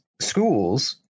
schools